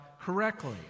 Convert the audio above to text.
correctly